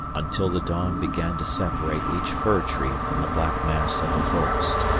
until the dawn began to separate each fir tree from the black mass of the forest.